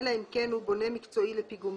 אלא אם כן הוא בונה מקצועי לפיגומים